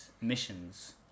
missions